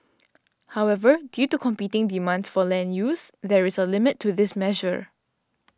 however due to competing demands for land use there is a limit to this measure